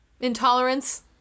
intolerance